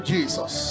Jesus